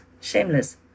shameless